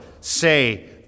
say